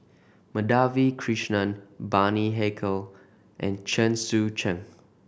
Madhavi Krishnan Bani Haykal and Chen Sucheng